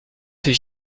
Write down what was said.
fais